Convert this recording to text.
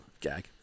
Gag